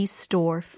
store